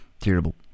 terrible